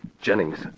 Jennings